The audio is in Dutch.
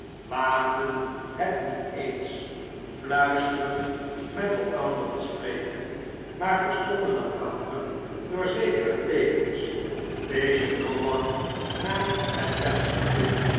waagden het niet eens f uisterend met elkander te spreken maar verstonden elkander door zekere teekens wezen noach naar het venstertje